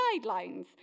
guidelines